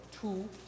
two